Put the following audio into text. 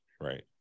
right